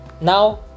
now